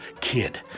kid